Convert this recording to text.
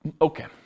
Okay